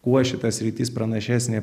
kuo šita sritis pranašesnė